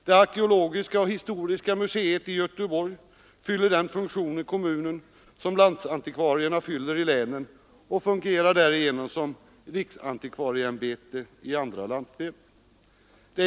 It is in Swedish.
Det arkeologiska och historiska museet i Göteborg fyller den funktion i kommunen som landsantikvarierna fyller i länen och fungerar därigenom som riksantikvarieämbetet i andra landsdelar.